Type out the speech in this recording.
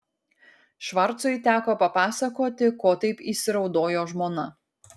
švarcui teko papasakoti ko taip įsiraudojo žmona